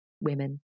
women